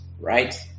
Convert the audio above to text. right